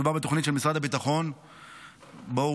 מדובר בתוכנית של משרד הביטחון שבה הוא